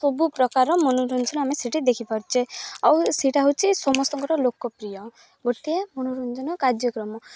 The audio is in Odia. ସବୁ ପ୍ରକାର ମନୋରଞ୍ଜନ ଆମେ ସେଠି ଦେଖିପାରୁଛେ ଆଉ ସେଇଟା ହେଉଛି ସମସ୍ତଙ୍କର ଲୋକପ୍ରିୟ ଗୋଟିଏ ମନୋରଞ୍ଜନ କାର୍ଯ୍ୟକ୍ରମ